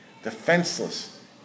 defenseless